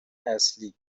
اصل